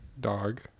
Dog